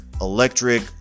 electric